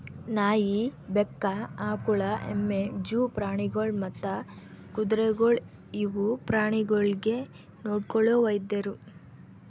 ನಾಯಿ, ಬೆಕ್ಕ, ಆಕುಳ, ಎಮ್ಮಿ, ಜೂ ಪ್ರಾಣಿಗೊಳ್ ಮತ್ತ್ ಕುದುರೆಗೊಳ್ ಇವು ಪ್ರಾಣಿಗೊಳಿಗ್ ನೊಡ್ಕೊಳೋ ವೈದ್ಯರು